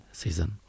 season